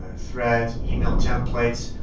ah threads, email templates.